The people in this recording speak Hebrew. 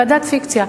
ועדת פיקציה.